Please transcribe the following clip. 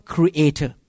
Creator